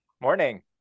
Morning